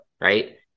right